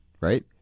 right